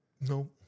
No